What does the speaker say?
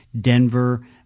denver